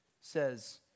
says